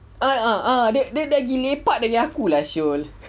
a'ah ah dia lagi lepak dari aku lah [siol]